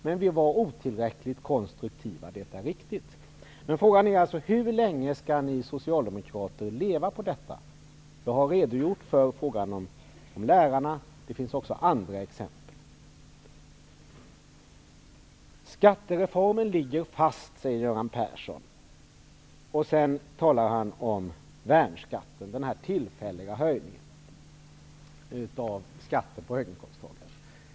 Men vi var inte tillräckligt konstruktiva -- det är riktigt. Frågan är: Hur länge skall ni socialdemokrater leva på detta? Jag har redogjort för frågan om lärarna. Det finns också andra exempel i det avseendet. Skattereformen ligger fast, säger Göran Persson. Sedan talar han om värnskatten, den tillfälliga höjningen av skatten för höginkomsttagare.